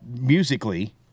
musically